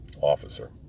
officer